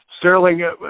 Sterling